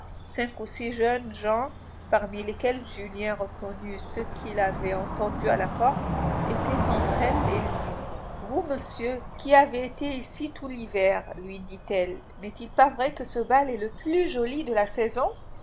cinq ou six jeunes gens parmi lesquels julien reconnut ceux qu'il avait entendus à la porte étaient entre elle et lui vous monsieur qui avez été ici tout l'hiver lui dit-elle n'est-il pas vrai que ce bal est le plus joli de la saison